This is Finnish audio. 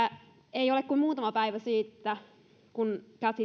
ei ole kuin muutama päivä siitä kun